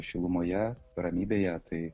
šilumoje ramybėje tai